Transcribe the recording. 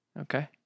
Okay